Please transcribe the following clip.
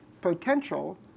potential